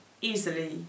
easily